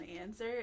answer